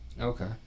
okay